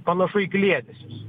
panašu į kliedesius